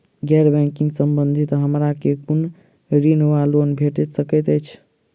गैर बैंकिंग संबंधित हमरा केँ कुन ऋण वा लोन भेट सकैत अछि?